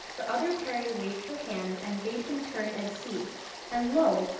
the other peri waved her hand and bade him turn and see and, lo!